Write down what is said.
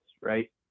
right